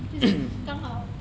就是刚好